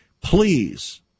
please